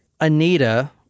Anita